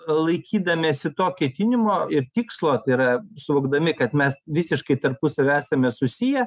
laikydamiesi to ketinimo ir tikslo tai yra suvokdami kad mes visiškai tarpusavy esame susiję